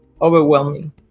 overwhelming